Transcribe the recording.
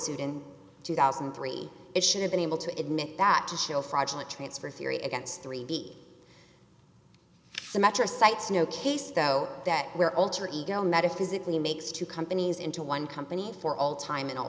sued in two thousand and three it should have been able to admit that to shill fraudulent transfer theory against three b the metro sites no case though that we're alter ego metaphysically makes two companies into one company for all time and all